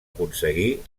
aconseguir